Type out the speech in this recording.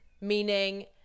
meaning